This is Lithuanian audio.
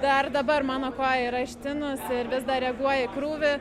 dar dabar mano koja yra ištinus ir vis dar reaguoja į krūvį